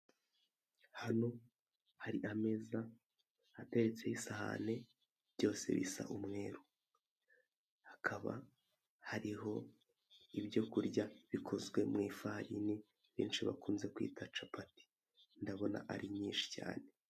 Hano hari ameza ateretseho isahani byose bisa umweru hakaba hariho ibyo kurya bikozwe mu ifarini benshi bakunze kwita capati ndabona ari byinshi.